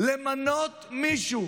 למנות מישהו